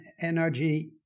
energy